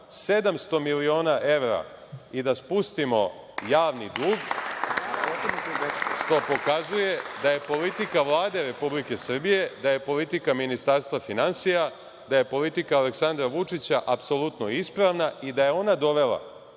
700 miliona evra i da spustimo javni dug, što pokazuje da je politika Vlade Republike Srbije, da je politika Ministarstva finansija, da je politika Aleksandra Vučića apsolutno ispravna i da je ona dovela